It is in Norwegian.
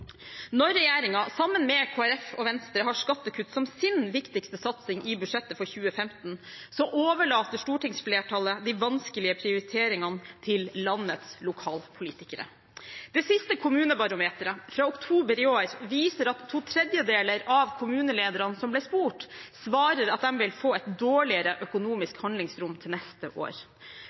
Når regjeringen, sammen med Kristelig Folkeparti og Venstre, har skattekutt som sin viktigste satsing i budsjettet for 2015, så overlater stortingsflertallet de vanskelige prioriteringene til landets lokalpolitikere. Det siste kommunebarometeret, fra oktober i år, viser at to tredjedeler av kommunelederne som ble spurt, svarer at de vil få et dårligere økonomisk handlingsrom til neste år.